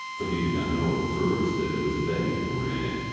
though he did not know at first that it was they who were in it,